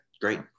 Great